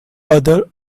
other